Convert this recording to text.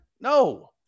No